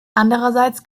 andererseits